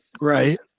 Right